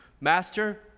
Master